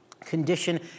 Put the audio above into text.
condition